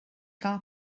gael